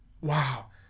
Wow